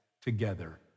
together